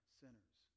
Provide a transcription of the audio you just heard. sinners